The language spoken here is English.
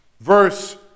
verse